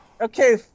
Okay